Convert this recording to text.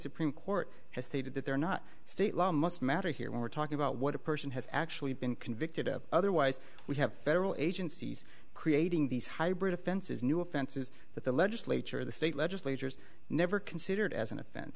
supreme court has stated that they're not state law must matter here we're talking about what a person has actually been convicted of otherwise we have federal agencies creating these hybrid offenses new offenses that the legislature the state legislators never considered as an